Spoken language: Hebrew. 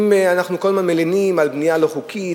אם אנחנו כל הזמן מלינים על בנייה לא-חוקית,